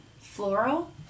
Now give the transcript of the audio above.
Floral